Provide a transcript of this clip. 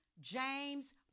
James